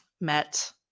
met